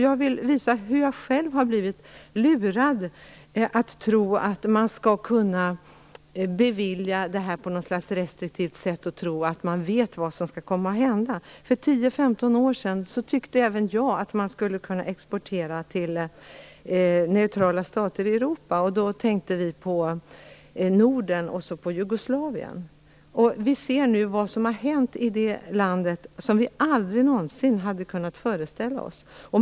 Jag vill visa hur jag själv har blivit lurad att tro att man skall kunna bevilja export på något slags restriktivt sätt och tro att man vet vad som skall komma att hända. För 10-15 år sedan tyckte även jag att man skulle kunna exportera till neutrala stater i Europa, och då tänkte vi på Norden och Jugoslavien. Vi ser nu vad som har hänt i Jugoslavien - något som vi aldrig någonsin hade kunnat föreställa oss.